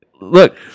look